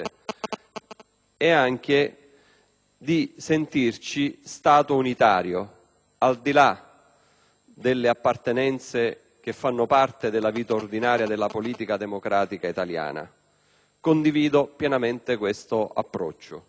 e anche di sentirci Stato unitario, al di là delle appartenenze che fanno parte della vita ordinaria della politica democratica italiana. Condivido pienamente questo approccio,